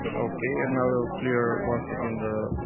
okay and now i will clear once again the